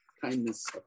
kindness